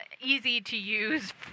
easy-to-use